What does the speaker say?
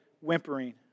whimpering